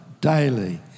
daily